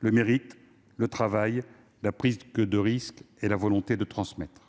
le mérite, le travail, la prise de risque et la volonté de transmettre.